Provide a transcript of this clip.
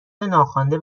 ناخوانده